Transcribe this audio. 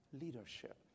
Leadership